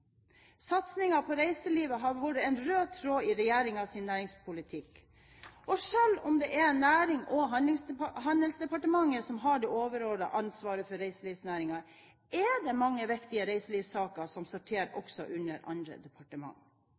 Satsingen på reiseliv har vært en rød tråd i regjeringens næringspolitikk. Og selv om det er Nærings- og handelsdepartementet som har det overordnede ansvaret for reiselivsnæringen, er det mange viktige reiselivssaker som sorterer også under andre